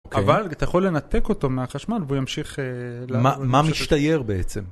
אבל אתה יכול לנתק אותו מהחשמל והוא ימשיך... מה משתייר בעצם?